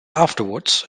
afterwards